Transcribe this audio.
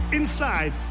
inside